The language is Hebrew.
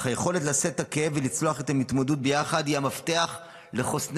אך היכולת לשאת את הכאב ולצלוח את ההתמודדות ביחד היא המפתח לחוסננו.